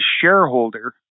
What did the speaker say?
shareholder